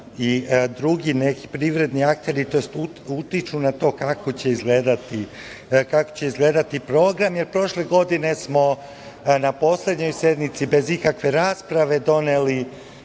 i drugi neki privredni akteri, tj. utiču na to kako će izgledati program, jer prošle godine smo na poslednjoj sednici bez ikakve rasprave doneli